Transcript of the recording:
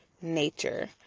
nature